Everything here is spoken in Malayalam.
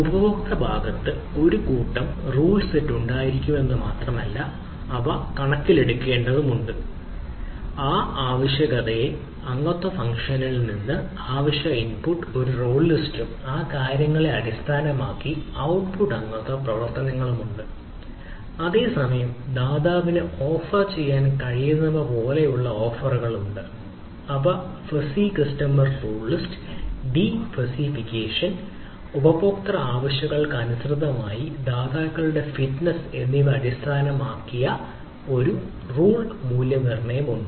ഉപഭോക്തൃ ഭാഗത്ത് ഒരു കൂട്ടം റൂൾ സെറ്റ് ഉപഭോക്തൃ ആവശ്യകതയ്ക്ക് അനുസൃതമായി ദാതാക്കളുടെ ഫിറ്റ്നസ് എന്നിവ അടിസ്ഥാനമാക്കി ഒരു റൂൾ മൂല്യനിർണ്ണയം ഉണ്ട്